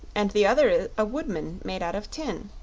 and the other a woodman made out of tin.